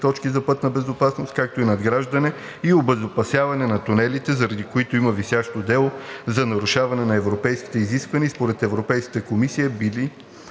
точки за пътна безопасност, както и надграждане и обезопасяване на тунелите, заради които има висящо дело за нарушаване на европейските изисквания и според Европейската комисия биха